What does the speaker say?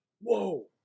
Whoa